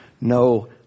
no